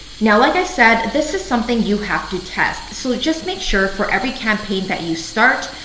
now, like i said, this is something you have to test. so just make sure for every campaign that you start,